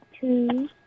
two